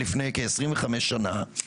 לפני כ-25 שנה,